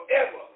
forever